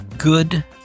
Good